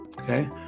Okay